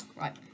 Right